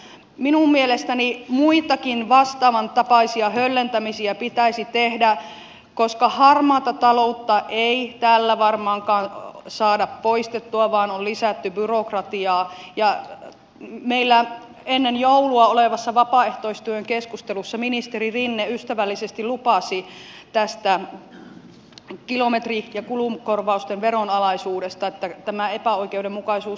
minun mielestäni muitakin vastaavantapaisia höllentämisiä pitäisi tehdä koska harmaata taloutta ei tällä varmaankaan saada poistettua vaan on lisätty byrokratiaa ja meillä ennen joulua olleessa vapaaehtoistyön keskustelussa ministeri rinne ystävällisesti lupasi tästä kilometri ja kulukorvausten veronalaisuudesta että tämä epäoikeudenmukaisuus korjattaisiin